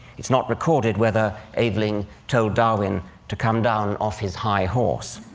it's not recorded whether aveling told darwin to come down off his high horse.